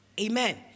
Amen